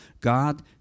God